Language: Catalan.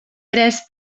pres